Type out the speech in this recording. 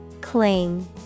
Cling